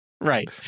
right